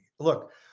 Look